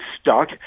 stuck